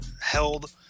held